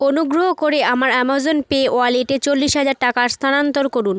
অনুগ্রহ করে আমার অ্যামাজন পে ওয়ালেটে চল্লিশ হাজার টাকার স্থানান্তর করুন